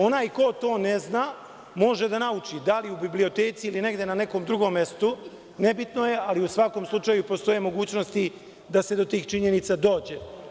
Onaj ko to ne zna, može da nauči, da li u biblioteci ili na nekom drugom mestu, nebitno je, ali u svakom slučaju postoje mogućnosti da se do tih činjenica dođe.